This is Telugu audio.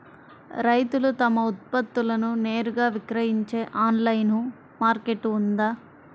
రైతులు తమ ఉత్పత్తులను నేరుగా విక్రయించే ఆన్లైను మార్కెట్ ఉందా?